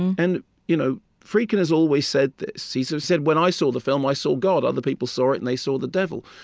and you know friedkin has always said this. he so said, when i saw the film, i saw god. other people saw it, and they saw the devil.